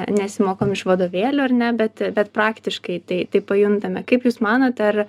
nesimokom iš vadovėlių ar ne bet bet praktiškai tai tai pajuntame kaip jūs manote ar